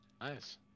Nice